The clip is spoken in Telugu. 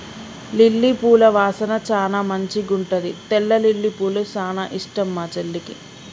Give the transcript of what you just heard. లిల్లీ పూల వాసన చానా మంచిగుంటది తెల్ల లిల్లీపూలు చానా ఇష్టం మా చెల్లికి